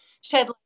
shed